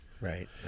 Right